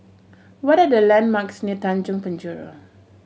what are the landmarks near Tanjong Penjuru